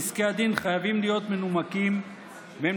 פסקי הדין חייבים להיות מנומקים והם